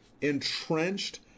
entrenched